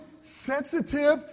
sensitive